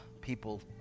people